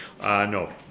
No